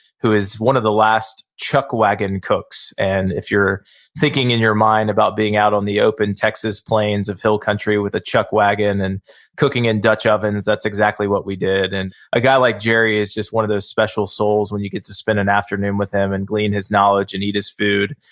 who is one of the last chuck wagon cooks. and if you're thinking in your mind about being out on the open texas plains of hill country with a chuck wagon and cooking in dutch ovens, that's exactly what we did. and a guy like jerry is just one of those special souls when you get to spend an afternoon with him, and glean his knowledge, and eat his food.